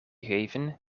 geven